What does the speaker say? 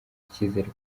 ikizere